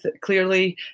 clearly